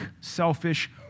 selfish